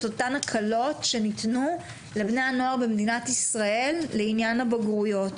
אותן הקלות שניתנו לבני הנוער במדינת ישראל לעניין הבגרויות,